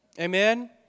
Amen